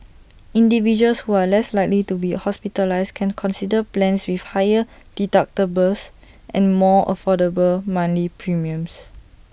individuals who are less likely to be hospitalised can consider plans with higher deductibles and more affordable monthly premiums